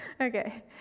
Okay